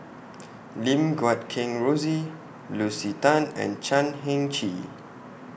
Lim Guat Kheng Rosie Lucy Tan and Chan Heng Chee